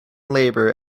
labor